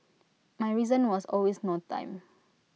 my reason was always no time